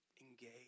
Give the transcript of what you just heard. engage